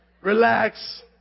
relax